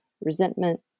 resentment